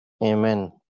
Amen